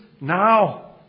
now